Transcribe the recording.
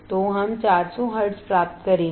तो हम 400 हर्ट्ज प्राप्त करेंगे